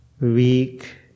weak